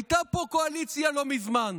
הייתה פה קואליציה לא מזמן,